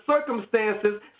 circumstances